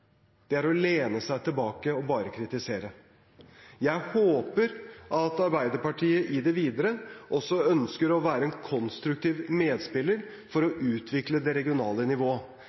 er å lene seg tilbake og bare kritisere. Jeg håper at Arbeiderpartiet i det videre også ønsker å være en konstruktiv medspiller for å utvikle det regionale nivået.